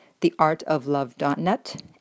theartoflove.net